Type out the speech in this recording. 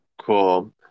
cool